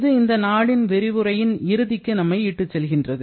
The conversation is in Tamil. இது இந்த நாளின் விரிவுரையின் இறுதிக்கு நம்மை இட்டுச்செல்கிறது